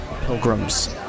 pilgrims